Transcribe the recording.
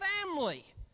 family